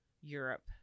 Europe